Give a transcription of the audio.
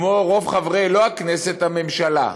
כמו רוב חברי, לא הכנסת, הממשלה.